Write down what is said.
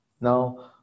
Now